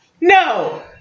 No